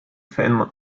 fan